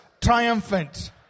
triumphant